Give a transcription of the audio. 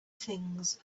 things